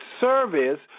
service